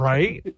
Right